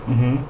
mmhmm